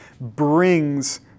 brings